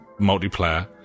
multiplayer